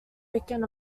weekend